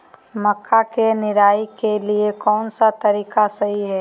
मक्का के निराई के लिए कौन सा तरीका सही है?